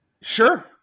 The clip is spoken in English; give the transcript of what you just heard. Sure